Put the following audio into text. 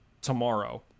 tomorrow